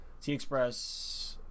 T-Express